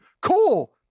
Cool